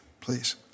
please